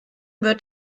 wird